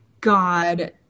God